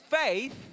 faith